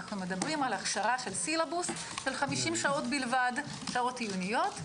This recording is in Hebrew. זה הכשרה של סילבוס של 50 שעות בלבד שעות עיוניות,